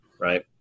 right